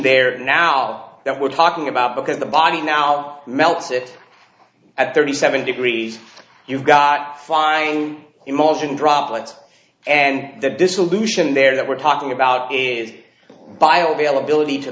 there now that we're talking about because the body now melts it at thirty seven degrees you've got to find emotion droplets and the dissolution there that we're talking about is bioavailability to